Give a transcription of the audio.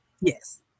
Yes